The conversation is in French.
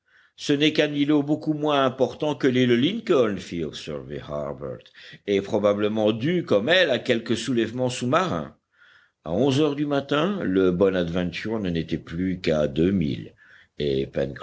ce n'est qu'un îlot beaucoup moins important que l'île lincoln fit observer harbert et probablement dû comme elle à quelque soulèvement sous-marin à onze heures du matin le bonadventure n'en était plus qu'à deux milles et